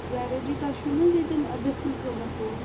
ظایرجی تۄہہِ چھُو نہَ حَظ ییٚتٮ۪ن دٔسِلۍ کٲم ٲس ووت